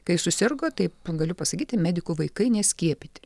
kai susirgo taip galiu pasakyti medikų vaikai neskiepyti